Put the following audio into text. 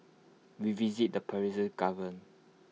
we visited the Persian